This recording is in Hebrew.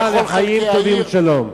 אז שכולנו ניסע לחיים טובים ולשלום.